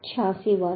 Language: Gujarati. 86 વર્ગ